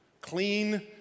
Clean